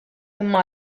imma